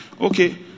Okay